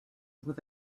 with